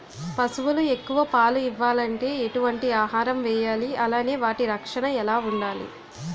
పశువులు ఎక్కువ పాలు ఇవ్వాలంటే ఎటు వంటి ఆహారం వేయాలి అలానే వాటి రక్షణ ఎలా వుండాలి?